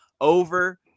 over